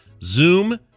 Zoom